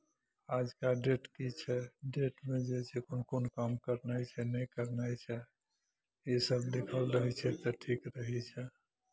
आजका डेट की छै डेटमे जे छै कोन कोन काम करनाइ छै नहि करनाइ छै ईसभ लिखल रहै छै तऽ ठीक रहै छै